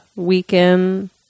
Weekend